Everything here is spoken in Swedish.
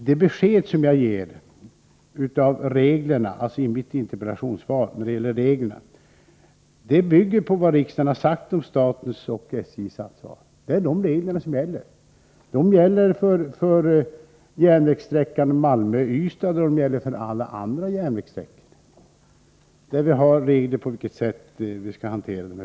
Det besked som jag ger i mitt interpellationssvar när det gäller reglerna bygger på vad riksdagen har sagt om statens och SJ:s ansvar. Det är de reglerna som gäller. De gäller för järnvägssträckan Malmö-Ystad och för alla andra järnvägssträckor.